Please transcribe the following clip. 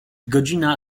godzina